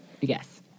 Yes